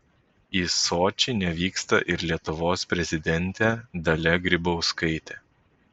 į sočį nevyksta ir lietuvos prezidentė dalia grybauskaitė